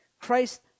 Christ